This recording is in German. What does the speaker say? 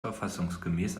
verfassungsgemäß